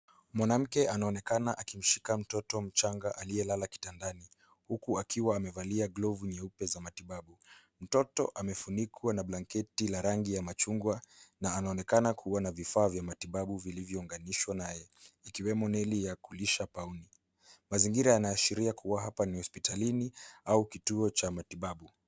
Mwanamke anaonekana akimshika mtoto mchanga aliyelala kitandani huku akiwa amevalia glovu nyeupe za matibabu. Mtoto amefunikwa na blanketi la rangi ya machungwa na anaonekana kuwa na vifaa vya matibabu vilivyounganishwa naye ikiwemo neli ya kulisha puani. Mazingira yanaashiria kuwa hapa ni hospitalini au kituo cha matibabu.